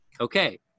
Okay